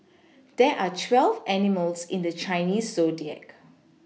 there are twelve animals in the Chinese zodiac